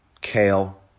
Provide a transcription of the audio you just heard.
kale